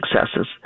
successes